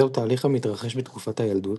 זהו תהליך המתרחש בתקופת הילדות,